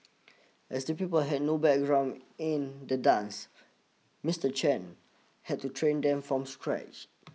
as the pupils had no background in the dance Mister Chan had to train them from scratch